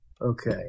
Okay